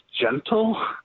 gentle